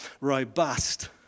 robust